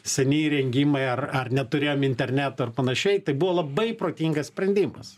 seni įrengimai ar ar neturėjom interneto ir panašiai tai buvo labai protingas sprendimas